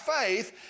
faith